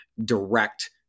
direct